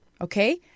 Okay